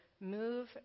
move